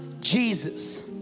Jesus